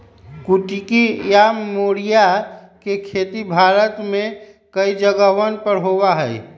कुटकी या मोरिया के खेती भारत में कई जगहवन पर होबा हई